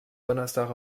donnerstag